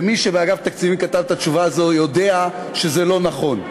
ומי שבאגף התקציבים כתב את התשובה הזאת יודע שזה לא נכון.